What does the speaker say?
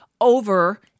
over